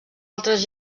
altres